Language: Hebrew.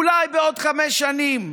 אולי בעוד חמש שנים,